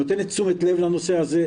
נותן תשומת לב לנושא הזה,